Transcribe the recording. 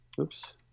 oops